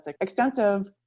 extensive